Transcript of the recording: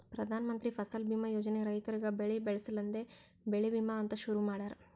ಪ್ರಧಾನ ಮಂತ್ರಿ ಫಸಲ್ ಬೀಮಾ ಯೋಜನೆ ರೈತುರಿಗ್ ಬೆಳಿ ಬೆಳಸ ಸಲೆಂದೆ ಬೆಳಿ ವಿಮಾ ಅಂತ್ ಶುರು ಮಾಡ್ಯಾರ